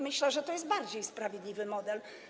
Myślę, że to jest bardziej sprawiedliwy model.